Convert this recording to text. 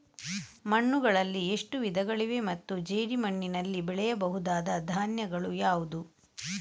ಮಣ್ಣುಗಳಲ್ಲಿ ಎಷ್ಟು ವಿಧಗಳಿವೆ ಮತ್ತು ಜೇಡಿಮಣ್ಣಿನಲ್ಲಿ ಬೆಳೆಯಬಹುದಾದ ಧಾನ್ಯಗಳು ಯಾವುದು?